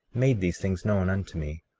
made these things known unto me,